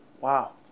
Wow